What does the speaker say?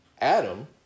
Adam